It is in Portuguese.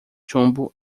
chumbo